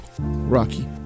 Rocky